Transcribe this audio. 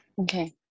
Okay